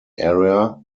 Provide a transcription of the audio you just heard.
area